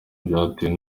byatewe